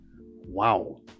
Wow